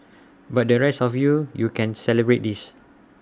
but the rest of you you can celebrate this